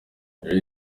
ibi